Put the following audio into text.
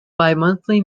bimonthly